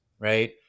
right